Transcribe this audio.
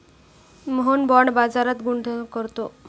Mohan bond बाजारात गुंतवणूक करतो